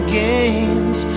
games